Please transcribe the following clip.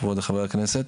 כבוד חבר הכנסת,